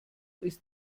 ist